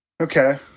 Okay